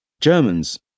Germans